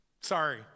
Sorry